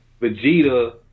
Vegeta